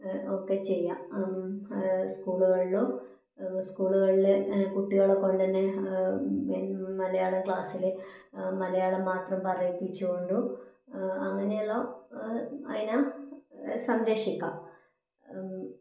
ഒക്കെ ചെയ്യാം സ്കൂളുകളിലും സ്കൂളുകളിലെ കുട്ടികളെ കൊണ്ടുതന്നെ മലയാളം ക്ലാസ്സിൽ മലയാളം മാത്രം പറയിപ്പിച്ച് കൊണ്ടും അങ്ങനെയെല്ലാം അതിനെ സംരക്ഷിക്കാം